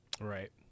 right